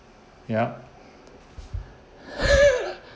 yup